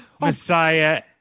Messiah